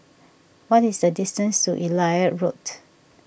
what is the distance to Elliot Road